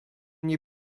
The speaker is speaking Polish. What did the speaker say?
nie